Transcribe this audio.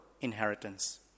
inheritance